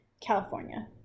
California